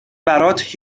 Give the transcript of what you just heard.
برات